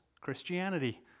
Christianity